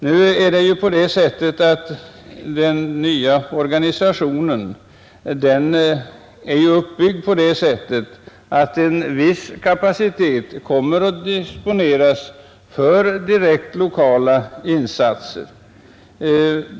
Nu är den nya organisationen uppbyggd på det sättet att en viss kapacitet kommer att disponeras för direkt lokala insatser.